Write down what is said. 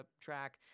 track